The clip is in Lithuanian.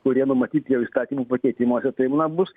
kurie numatyti jau įstatymų pakeitimuose tai na bus